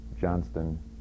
Johnston